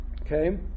Okay